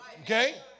Okay